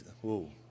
Whoa